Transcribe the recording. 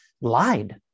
lied